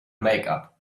makeup